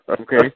Okay